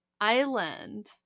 island